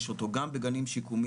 יש אותו גם בגנים שיקומיים,